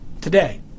Today